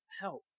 help